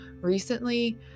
recently